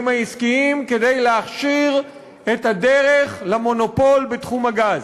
העסקיים כדי להכשיר את הדרך למונופול בתחום הגז.